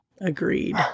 agreed